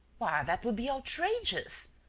why, that would be outrageous!